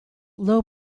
low